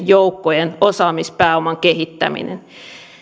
joukkojen osaamispääoman kehittäminen